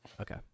Okay